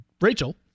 Rachel